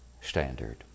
standard